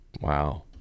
wow